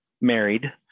married